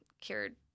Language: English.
cured